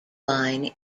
line